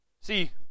See